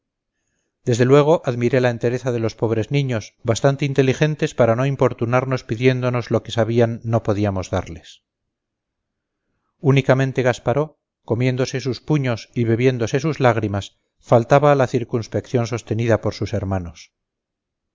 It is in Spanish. desde luego admiré la entereza de los pobres niños bastante inteligentes para no importunarnos pidiéndonos lo que sabían no podíamos darles únicamente gasparó comiéndose sus puños y bebiéndose sus lágrimas faltaba a la circunspección sostenida por sus hermanos